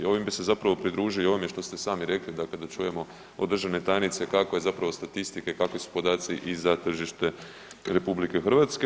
Ovim bi se zapravo pridružio i ovome što ste i sami rekli da kada čujemo od državne tajnice kakva je zapravo statistika i kakvi su podaci i za tržište RH.